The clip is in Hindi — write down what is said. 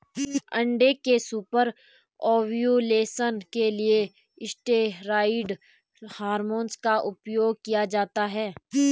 अंडे के सुपर ओव्यूलेशन के लिए स्टेरॉयड हार्मोन का उपयोग किया जाता है